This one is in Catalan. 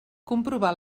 comprovar